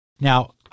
Now